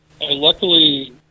luckily